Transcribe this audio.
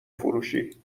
فروشی